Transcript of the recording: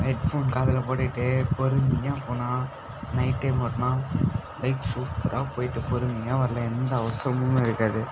head phone காதில் போட்டுக்கிட்டு பொறுமையாக போனால் நைட் டைம் ஓட்டினா பைக் சூப்பராக போய்விட்டு பொறுமையாக வரலாம் எந்த அவசரமும் இருக்காது